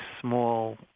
small